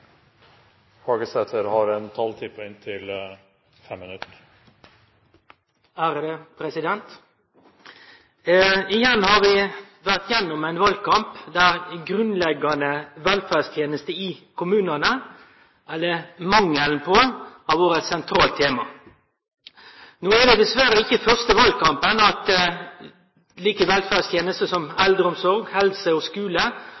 vore gjennom ein valkamp der grunnleggjande velferdstenester i kommunane – eller mangelen på dei – har vore eit sentralt tema. No er dette dessverre ikkje den første valkampen der velferdstenester som eldreomsorg, helse og skule